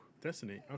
Destiny